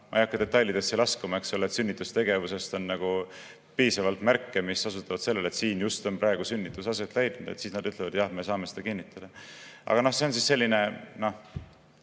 ma ei hakka detailidesse laskuma, eks –, sünnitustegevusest on piisavalt märke, mis osutavad sellele, et siin just on sünnitus aset leidnud, siis nad ütlevad, jah, me saame seda kinnitada. Aga see on selline,